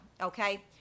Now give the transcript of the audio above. okay